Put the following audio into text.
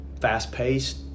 fast-paced